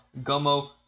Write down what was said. Gummo